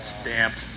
Stamped